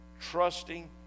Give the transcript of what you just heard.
Trusting